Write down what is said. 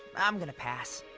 i'm going to pass.